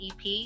EP